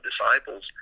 disciples